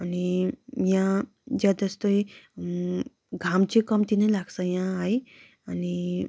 अनि यहाँ ज्यादा जस्तै घाम चाहिँ कम्ती नै लाग्छ यहाँ है अनि